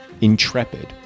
intrepid